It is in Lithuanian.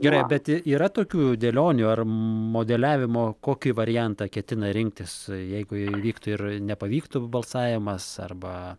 gerai bet yra tokių dėlionių ar modeliavimo kokį variantą ketina rinktis jeigu įvyktų ir nepavyktų balsavimas arba